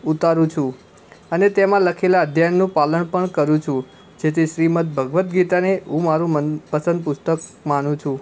ઉતારું છું અને તેમાં લખેલા અધ્યયનનું પાલન પણ કરું છું જેથી શ્રીમદ્ ભગવદ્ ગીતાને હું મારૂં મનપસંદ પુસ્તક માનું છું